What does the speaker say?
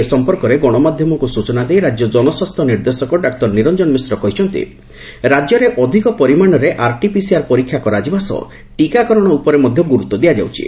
ଏ ସମ୍ପର୍କରେ ଗଣମାଧ୍ଧମକ୍ ସ୍ବଚନା ଦେଇ ରାଜ୍ୟ ଜନସ୍ୱାସ୍ଥ୍ୟ ନିର୍ଦ୍ଦେଶକ ଡାକ୍ତର ନିରଞ୍ଚନ ମିଶ୍ର କହିଛନ୍ତି ରାଜ୍ୟରେ ଅଧିକ ପରିମାଣରେ ଆରଟି ପିସିଆର ପରୀକ୍ଷା କରାଯିବା ସହ ଟିକାକରଣ ଉପରେ ମଧ୍ଧ ଗୁରୁତ୍ ଦିଆଯାଉଛି